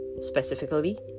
specifically